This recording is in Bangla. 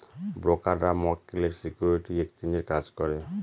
ব্রোকাররা মক্কেলের সিকিউরিটি এক্সচেঞ্জের কাজ করে